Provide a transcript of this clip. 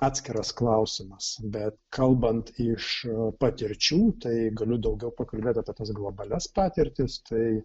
atskiras klausimas bet kalbant iš patirčių tai galiu daugiau pakalbėt apie tas globalias patirtis tai